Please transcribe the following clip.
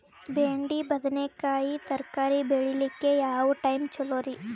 ಬೆಂಡಿ ಬದನೆಕಾಯಿ ತರಕಾರಿ ಬೇಳಿಲಿಕ್ಕೆ ಯಾವ ಟೈಮ್ ಚಲೋರಿ?